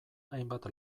hainbat